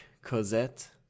cosette